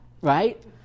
right